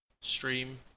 stream